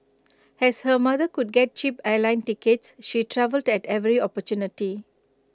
as her mother could get cheap airline tickets she travelled at every opportunity